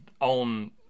on